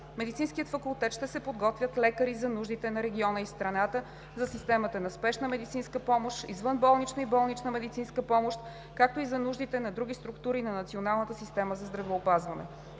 Медицинския факултет ще се подготвят лекари за нуждите на региона и страната, за системата на спешна медицинска помощ, извънболнична и болнична медицинска помощ, както и за нуждите на други структури на националната система за здравеопазване.